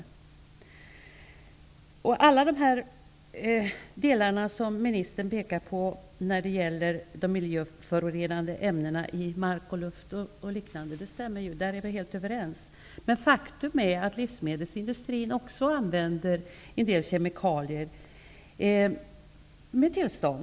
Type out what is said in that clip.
Vi är helt överens om allt det som ministern pekar på när det gäller de miljöförorenande ämnena i mark, luft och liknande. Men faktum är att livsmedelsindustrin också använder en del kemikalier, med tillstånd.